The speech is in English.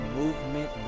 movement